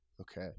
Okay